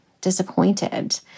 disappointed